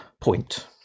point